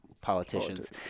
politicians